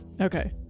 Okay